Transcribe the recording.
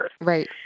Right